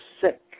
sick